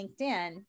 LinkedIn